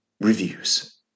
reviews